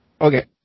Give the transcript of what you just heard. Okay